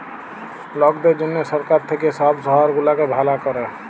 লকদের জনহ সরকার থাক্যে সব শহর গুলাকে ভালা ক্যরে